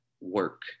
work